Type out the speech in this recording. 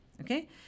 Okay